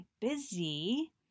busy